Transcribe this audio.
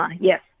yes